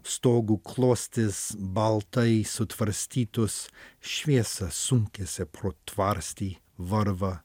stogų klostys baltai sutvarstytos šviesa sunkiasi pro tvarstį varva